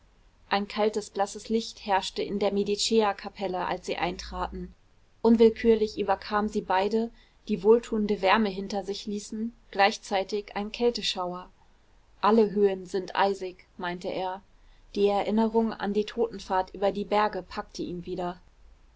ein kaltes blasses licht herrschte in der mediceerkapelle als sie eintraten unwillkürlich überkam sie beide die wohltuende wärme hinter sich ließen gleichzeitig ein kälteschauer alle höhen sind eisig meinte er die erinnerung an die totenfahrt über die berge packte ihn wieder